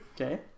Okay